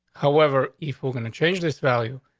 however, if we're gonna change this value,